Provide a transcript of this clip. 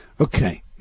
Okay